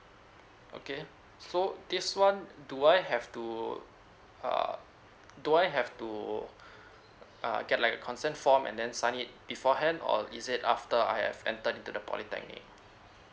okay so this one do I have to err do I have to uh get like a consent form and then sign it beforehand or is it after I have entered into the polytechnic